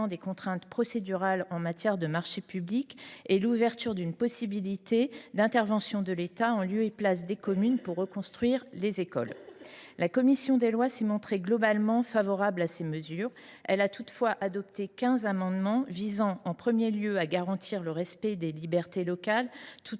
des contraintes procédurales en matière de marchés publics, ainsi que de l’ouverture à l’État de la possibilité d’intervenir, en lieu et place des communes, pour reconstruire les écoles. La commission des lois s’est montrée globalement favorable à ces mesures. Elle a toutefois adopté quinze amendements visant en particulier à assurer le respect des libertés locales, tout